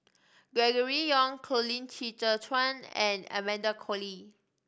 Gregory Yong Colin Qi Zhe Quan and Amanda Koe Lee